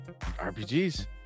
RPGs